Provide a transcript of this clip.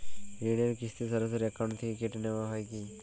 ঋণের কিস্তি সরাসরি অ্যাকাউন্ট থেকে কেটে নেওয়া হয় কি?